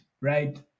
right